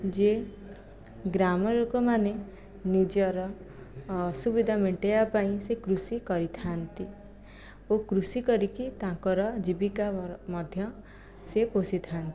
ଯିଏ ଗ୍ରାମ ଲୋକମାନେ ନିଜର ଅସୁବିଧା ମେଣ୍ଟେଇବା ପାଇଁ ସେ କୃଷି କରିଥାନ୍ତି ଓ କୃଷି କରିକି ତାଙ୍କର ଜୀବିକା ମଧ୍ୟ ସିଏ ପୋଷିଥାନ୍ତି